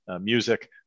music